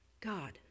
God